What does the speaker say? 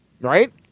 right